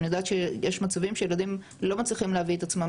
אני יודעת שיש מצבים שילדים לא מצליחים להביא את עצמם,